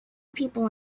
people